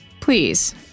please